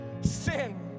sin